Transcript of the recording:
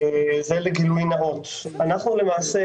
אנחנו למעשה